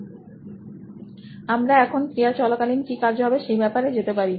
সিদ্ধার্থ মাতু রি সি ই ও নোইন ইলেক্ট্রনিক্স আমরা এখন ক্রিয়া চলাকালীন কি কার্য হবে সেই ব্যাপারে যেতে পারি